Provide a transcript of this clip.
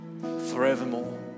Forevermore